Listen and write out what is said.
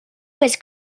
was